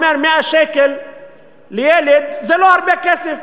אומר ש-100 שקל לילד זה לא הרבה כסף.